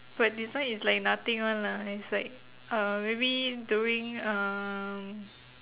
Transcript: but this one is like nothing [one] lah it's like uh maybe during um